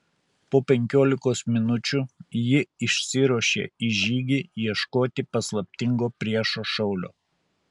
po penkiolikos minučių ji išsiruošė į žygį ieškoti paslaptingo priešo šaulio